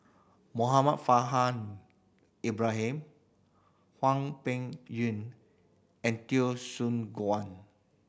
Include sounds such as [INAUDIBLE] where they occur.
Muhammad [UNINTELLIGIBLE] Ibrahim Hwang Peng Yuan and Teo Soon Guan